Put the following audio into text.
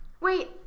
Wait